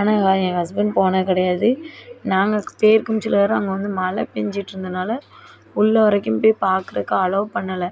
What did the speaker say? ஆனால் எங்கள் ஹஸ்பெண்ட் போனது கிடையாது நாங்கள் போயிருக்குமுச்சில வேறு அங்கே வந்து மழை பேய்ஞ்சிட்டுருந்ததுனால உள்ளே வரைக்கும் போய் பாக்கிறதுக்கு அலோவ் பண்ணலை